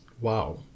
Wow